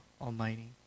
Almighty